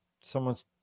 Someone's